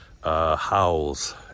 howls